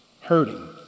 hurting